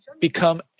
become